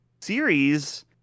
series